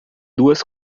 duas